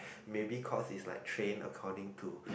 maybe cause it's like trained according to